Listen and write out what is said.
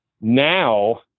now